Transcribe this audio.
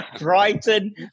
Brighton